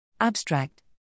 Abstract